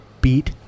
beat